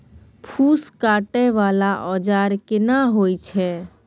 फूस काटय वाला औजार केना होय छै?